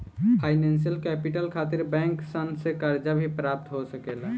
financial capital खातिर bank सन से कर्जा भी प्राप्त हो सकेला